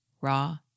raw